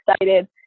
excited